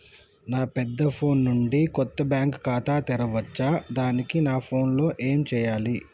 నా పెద్ద ఫోన్ నుండి కొత్త బ్యాంక్ ఖాతా తెరవచ్చా? దానికి నా ఫోన్ లో ఏం చేయాలి?